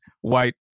white